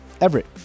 Everett